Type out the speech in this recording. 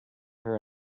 her